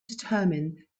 determine